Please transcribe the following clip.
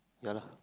ya lah